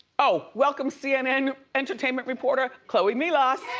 oh welcome cnn entertainment, reporter, chloe melas.